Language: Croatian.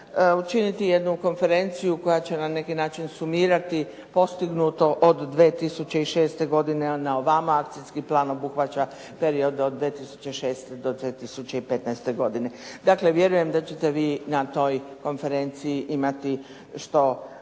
učiniti jednu konferenciju koja će na neki način sumirati postignuto od 2006. godine na ovamo. Akcijski plan obuhvaća period od 2006. do 2015. godine. Dakle, vjerujem da ćete vi na toj konferenciji imati što